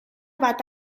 bat